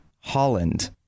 Holland